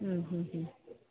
മ്ഹ് ഹ് ഹ്